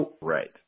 Right